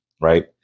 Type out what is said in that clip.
right